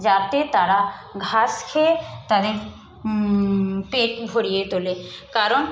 যাতে তারা ঘাস খেয়ে তাদের পেট ভরিয়ে তোলে কারণ